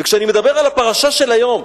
כשאני מדבר על הפרשה של היום,